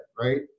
right